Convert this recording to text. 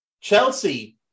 Chelsea